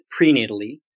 prenatally